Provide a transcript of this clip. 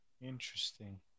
Interesting